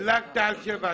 דילגת על ד7.